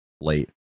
late